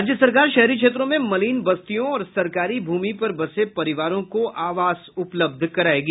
राज्य सरकार शहरी क्षेत्रों में मलिन बस्तियों और सरकारी भूमि पर बसे परिवारों को आवास उपलब्ध करायेगी